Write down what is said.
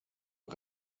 att